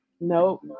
Nope